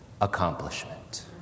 accomplishment